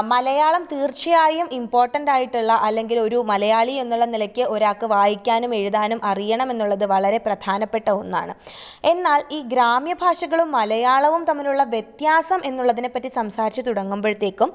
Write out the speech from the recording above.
മലയാളം തീര്ച്ചയായും ഇമ്പോട്ടന്റ്റായിട്ടുള്ള അല്ലെങ്കിൽ ഒരു മലയാളി എന്നുള്ള നിലയ്ക്ക് ഒരാൾക്ക് വായിക്കാനും എഴുതാനും അറിയണമെന്നുള്ളത് വളരെ പ്രധാനപ്പെട്ട ഒന്നാണ് എന്നാല് ഈ ഗ്രാമ്യഭാഷകളും മലയാളവും തമ്മിലുള്ള വ്യത്യാസം എന്നുള്ളതിനെപ്പറ്റി സംസാരിച്ച് തുടങ്ങുമ്പോഴത്തേക്കും